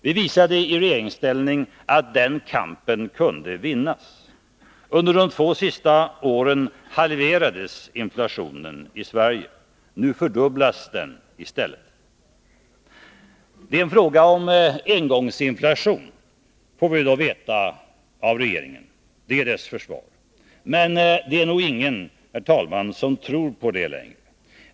Vi visade i regeringställning att den kampen kunde vinnas. Under de två sista åren halverades inflationen i Sverige. Nu fördubblas den i stället. Det är fråga om en engångsinflation, får vi veta av regeringen — det är dess försvar. Men det är nog ingen som tror på det längre.